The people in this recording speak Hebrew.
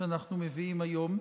שאנחנו מביאים היום.